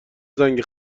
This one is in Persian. زنگ